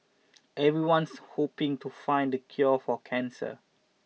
everyone's hoping to find the cure for cancer